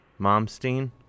Momstein